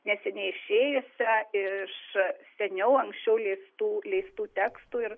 neseniai išėjusią iš seniau anksčiau leistų leistų tekstų ir